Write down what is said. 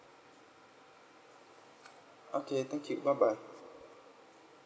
okay thank you bye bye